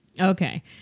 Okay